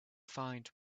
find